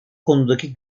konudaki